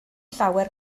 llawer